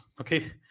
okay